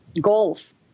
goals